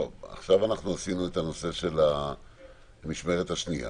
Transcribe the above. לא, עכשיו אנחנו עשינו את הנושא של המשמרת השנייה